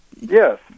Yes